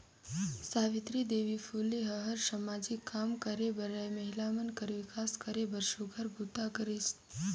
सावित्री देवी फूले ह हर सामाजिक काम करे बरए महिला मन कर विकास करे बर सुग्घर बूता करिस